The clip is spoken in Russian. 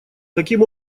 таким